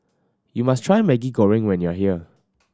you must try Maggi Goreng when you are here